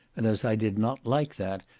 and as i did not like that,